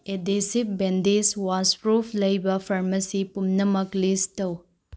adhesive bandage waterproof ꯂꯩꯕ pharmacy ꯄꯨꯝꯅꯃꯛ list ꯇꯧ